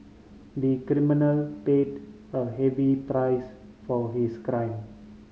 the criminal paid a heavy price for his crime